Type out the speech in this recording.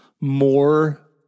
more